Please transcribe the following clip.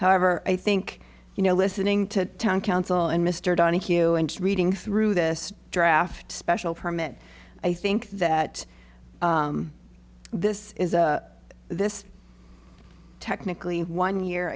however i think you know listening to counsel and mr donahue and reading through this draft special permit i think that this is a this technically one year